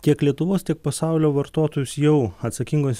tiek lietuvos tiek pasaulio vartotojus jau atsakingos